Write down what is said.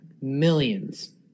Millions